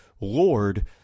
lord